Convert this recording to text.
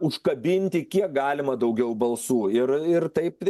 užkabinti kiek galima daugiau balsų ir ir taip